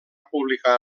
publicar